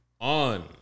on